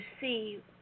see